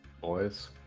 Boys